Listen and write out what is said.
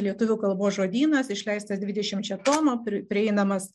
lietuvių kalbos žodynas išleistas dvidešimčia tomų prieinamas